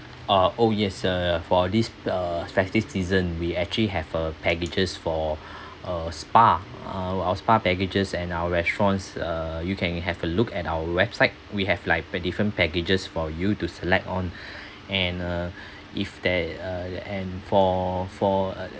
uh oh yes uh for this uh festive season we actually have uh packages for uh spa uh our spa packages and our restaurants uh you can have a look at our website we have like a different packages for you to select on and uh if there uh and for for uh